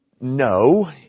No